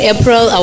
April